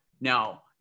Now